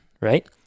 Right